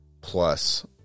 plus